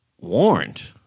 Warned